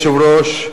אדוני היושב-ראש,